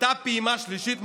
אותה פעימה שלישית מפורסמת?